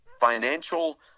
financial